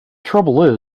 trouble